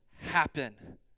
happen